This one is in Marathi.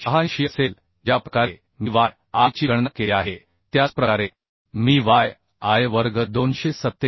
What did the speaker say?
86 असेल ज्या प्रकारे मी y i ची गणना केली आहे त्याच प्रकारे मी y i वर्ग 247